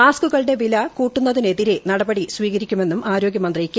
മാസ്ക്കുകളുടെ വില കൂട്ടുന്നതിനെതിരെ നടപടി സ്വീകരിക്കുമെന്നും ആരോഗൃമന്ത്രി കെ